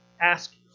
ask